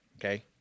okay